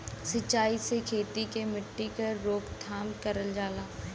सिंचाई से खेती के मट्टी क रोकथाम करल जाला